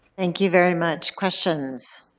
thank you very much. questions?